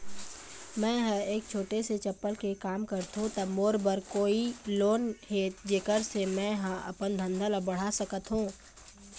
मैं हर ऐसे छोटे से चप्पल के काम करथों ता मोर बर कोई लोन हे जेकर से मैं हा अपन धंधा ला बढ़ा सकाओ?